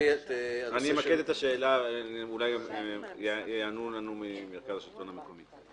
אני אמקד את השאלה ואולי יענו לנו ממרכז השלטון המקומי.